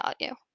value